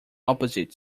opposite